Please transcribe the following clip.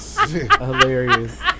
Hilarious